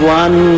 one